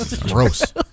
Gross